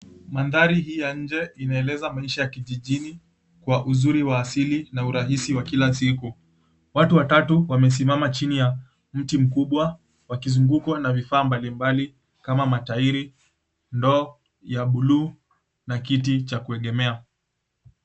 Mandhari hii ya nje inaeleza maisha ya kijijini kwa uzuri wa asili na urahisi wa kila siku. Watu watatu wamesimama chini ya mti mkubwa, wakizungukwa na vifaa mbalimbali kama matairi, ndoo ya buluu na kiti cha kuegemea.